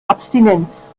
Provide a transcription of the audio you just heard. abstinenz